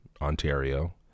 Ontario